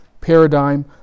paradigm